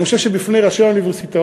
אני חושב שבפני ראשי האוניברסיטאות,